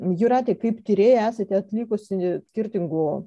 jūrate kaip tyrėja esate atlikusi skirtingų